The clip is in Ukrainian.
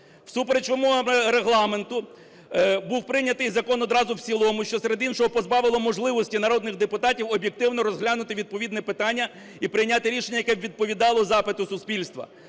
Всупереч вимогам Регламенту був прийнятий закон одразу в цілому, що серед іншого позбавило можливості народних депутатів об'єктивно розглянути відповідне питання і прийняти рішення, яке б відповідало запиту суспільства.